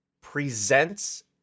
presents